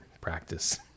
practice